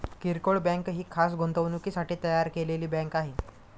किरकोळ बँक ही खास गुंतवणुकीसाठी तयार केलेली बँक आहे